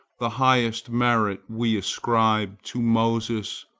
the highest merit we ascribe to moses,